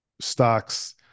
stocks